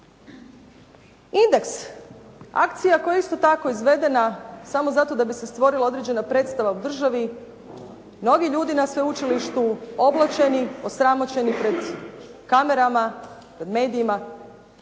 "Indeks", akcija koja je isto tako izvedena samo zato da bi se stvorila određena predstava u državi. Mnogi ljudi na sveučilištu oblaćeni, osramoćeni pred kamerama, medijima.